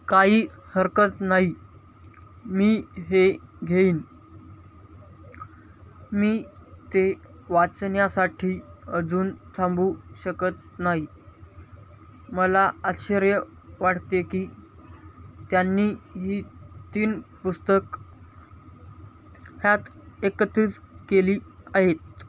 काही हरकत नाही मी हे घेईन मी ते वाचण्यासाठी अजून थांबू शकत नाही मला आश्चर्य वाटते की त्यांनी ही तीन पुस्तक ह्यात एकत्रित केली आहेत